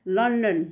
London